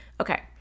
Okay